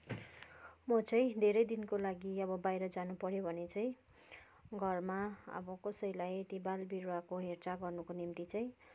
म चाहिँ धेरै दिनको लागि अब बाहिर जानु पऱ्यो भने चाहिँ घरमा अब कसैलाई ती बार विरुवाको हेरचाह गर्नको निम्ति चाहिँ